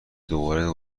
دوباره